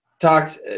talked